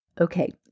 Okay